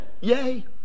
Yay